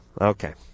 okay